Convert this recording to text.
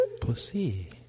pussy